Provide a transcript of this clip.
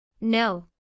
No